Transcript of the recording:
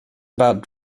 about